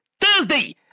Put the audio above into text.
Thursday